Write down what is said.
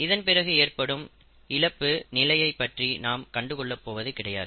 இதன் பிறகு ஏற்படும் இழப்பு நிலையைப் பற்றி நாம் கண்டு கொள்ளப் போவது கிடையாது